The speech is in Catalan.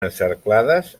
encerclades